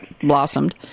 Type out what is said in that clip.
blossomed